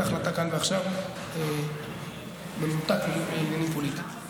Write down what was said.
ההחלטה כאן ועכשיו במנותק לעניינים פוליטיים.